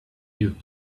you